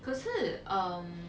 可是